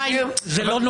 שזה קשה מאוד,